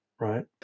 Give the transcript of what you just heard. right